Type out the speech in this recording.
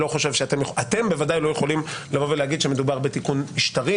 אתם בוודאי לא יכולים לבוא ולהגיד שמדובר בתיקון משטרי,